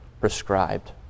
prescribed